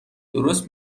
درست